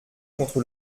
contre